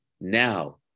now